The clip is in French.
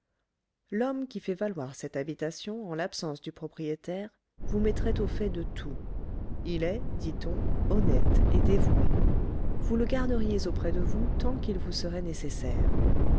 l'homme qui fait valoir cette habitation en l'absence du propriétaire vous mettrait au fait de tout il est dit-on honnête et dévoué vous le garderiez auprès de vous tant qu'il vous serait nécessaire